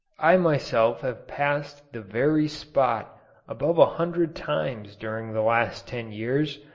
i myself have passed the very spot above a hundred times during the last ten years,